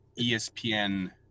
ESPN